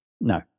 no